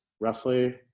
roughly